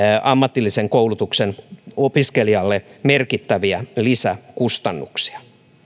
ammatillisen koulutuksen opiskelijalle merkittäviä lisäkustannuksia